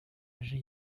âgé